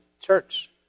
church